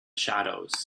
shadows